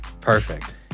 Perfect